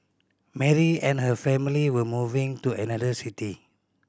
Mary and her family were moving to another city